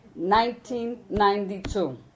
1992